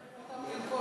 --- לרכוש,